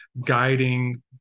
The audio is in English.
guiding